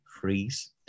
freeze